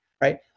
right